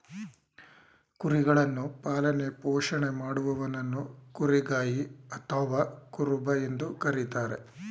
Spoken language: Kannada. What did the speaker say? ಕುರಿಗಳನ್ನು ಪಾಲನೆ ಪೋಷಣೆ ಮಾಡುವವನನ್ನು ಕುರಿಗಾಯಿ ಅಥವಾ ಕುರುಬ ಎಂದು ಕರಿತಾರೆ